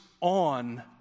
on